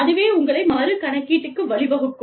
அதுவே உங்களை மறு கணக்கீட்டுக்கு வழிவகுக்கும்